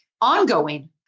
ongoing